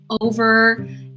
over